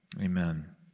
Amen